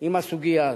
עם הסוגיה הזאת.